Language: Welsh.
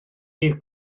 bydd